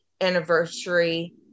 anniversary